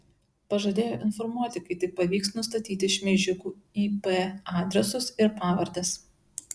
pažadėjo informuoti kai tik pavyks nustatyti šmeižikų ip adresus ir pavardes